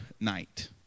night